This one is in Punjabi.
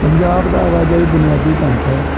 ਪੰਜਾਬ ਦਾ ਆਵਾਜਾਈ ਬੁਨਿਆਦੀ ਢਾਂਚਾ